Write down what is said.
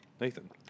Nathan